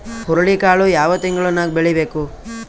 ಹುರುಳಿಕಾಳು ಯಾವ ತಿಂಗಳು ನ್ಯಾಗ್ ಬೆಳಿಬೇಕು?